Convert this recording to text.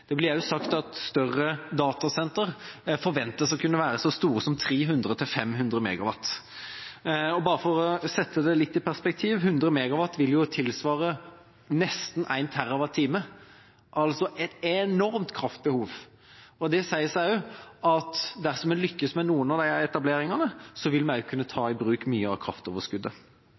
Det blir også sagt at større datasentre forventes å være så store som 300–500 MW. Bare for å sette det litt i perspektiv: 100 MW vil tilsvare nesten 1 TWh, altså et enormt kraftbehov. Det tilsier at dersom en lykkes med noen av disse etableringene, vil en også kunne ta i bruk mye av kraftoverskuddet. En ser også at de